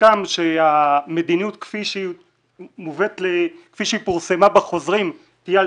הוסכם שהמדיניות כפי שפורסמה בחוזרים תהיה על